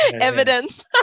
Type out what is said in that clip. evidence